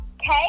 Okay